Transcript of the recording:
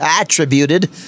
attributed